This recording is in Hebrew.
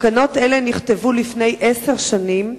תקנות אלה נכתבו לפני עשר שנים.